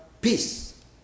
peace